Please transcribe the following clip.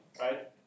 right